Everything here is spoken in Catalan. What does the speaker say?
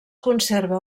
conserva